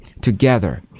Together